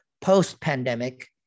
post-pandemic